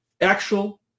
actual